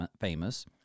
famous